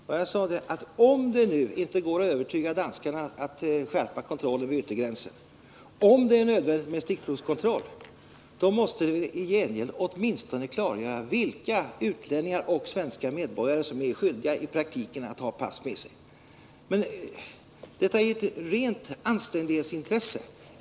Om det nu— sade jag—inte går att övertyga danskarna om att de bör skärpa kontrollen vid yttergränsen, och om det är nödvändigt med stickprovskontroll, då måste det väl i gengäld klargöras vilka utlänningar och svenska medborgare som i praktiken är skyldiga att ta pass med sig. Detta är ett rent anständighetsintresse.